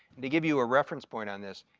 they give you a reference point on this,